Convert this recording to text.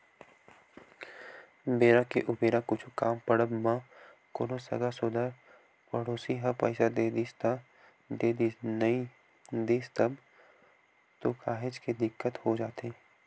बेरा के उबेरा कुछु काम पड़ब म कोनो संगा सोदर पड़ोसी ह पइसा दे दिस त देदिस नइ दिस तब तो काहेच के दिक्कत हो जाथे